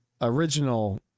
original